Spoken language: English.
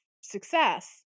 success